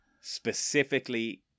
Specifically